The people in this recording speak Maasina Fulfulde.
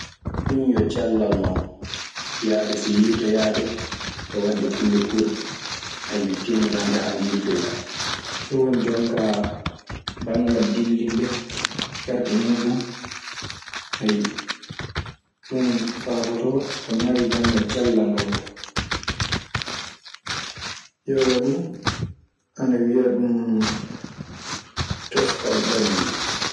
Ŋun yo cellal non. Yaade so yiiltoyaade e waɗde kulle kuurɗe tinnoɗaa njahaa njiiltoyoɗaa. Ɗun woni jon kaa banngal dillinde terɗe muuɗun. Ɗun faabotoo ko naayii banngal cellal ngal kaa. Yoga duu ana wiya ɗun coftal ɓalli.